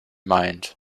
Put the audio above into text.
mind